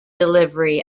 delivery